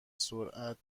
سرعت